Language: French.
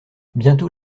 bientôt